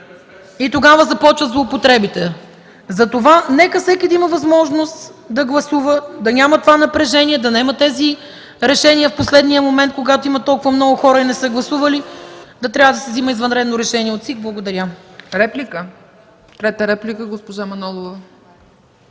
и тогава започват злоупотребите. Затова нека всеки да има възможност да гласува, да няма това напрежение, да няма решения в последния момент, когато има толкова много хора и не са гласували, да трябва да се взима извънредно решение от ЦИК. Благодаря. ПРЕДСЕДАТЕЛ ЦЕЦКА ЦАЧЕВА: Трета реплика – госпожа Манолова.